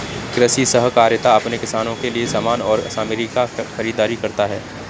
कृषि सहकारिता अपने किसानों के लिए समान और सामग्री की खरीदारी करता है